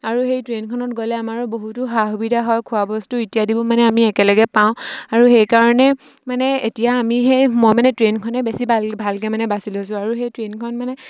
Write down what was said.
আৰু সেই ট্ৰেইনখনত গ'লে আমাৰো বহুতো সা সুবিধা হয় খোৱা বস্তু ইত্যাদিবোৰ মানে আমি একেলগে পাওঁ আৰু সেইকাৰণে মানে এতিয়া আমি সেই মই মানে ট্ৰেইনখনে বেছি ভাল ভালকৈ মানে বাছি লৈছোঁ আৰু সেই ট্ৰেইনখন মানে